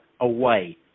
away